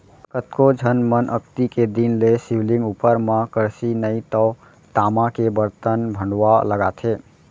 कतको झन मन अक्ती के दिन ले शिवलिंग उपर म करसी नइ तव तामा के बरतन भँड़वा लगाथे